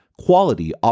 quality